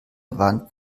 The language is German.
wand